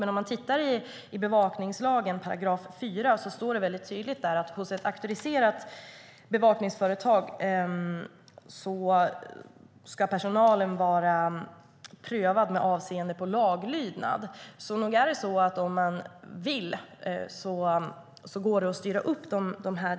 I 4 § bevakningslagen står dock väldigt tydligt angivet att hos ett auktoriserat bevakningsföretag ska personalen vara prövad med avseende på laglydnad. Nog går det att styra upp de här delarna om man vill.